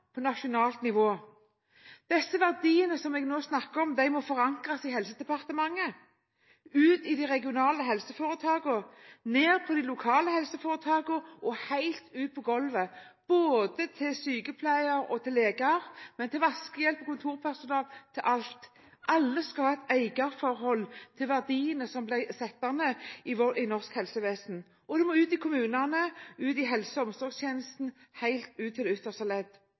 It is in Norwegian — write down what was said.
på nasjonalt nivå. Disse verdiene som jeg nå snakker om, må forankres i Helsedepartementet, ut til de regionale helseforetakene, ned på de lokale helseforetakene og helt ned på gulvet, både til sykepleiere og til leger, og også til vaskehjelp og kontorpersonale – til alle. Alle skal ha et eierforhold til verdiene i norsk helsevesen. Det må ut til kommunene, ut til helse- og omsorgstjenesten – helt ut til det ytterste ledd.